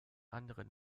anderen